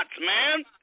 man